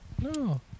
no